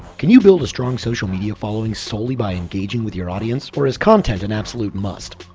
can you build a strong social media following solely by engaging with your audience or is content an absolute must?